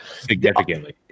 Significantly